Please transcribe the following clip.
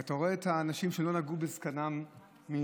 אתה רואה אנשים שלא נגעו בזקנם מימיהם.